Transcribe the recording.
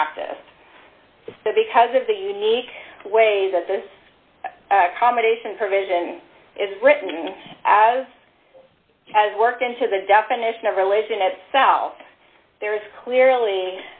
practice because of the unique ways that this combination provision is written as has worked into the definition of religion itself there is clearly